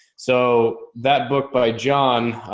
so that book by john,